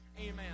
amen